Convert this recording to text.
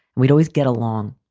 we'd always get along.